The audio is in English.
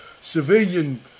civilian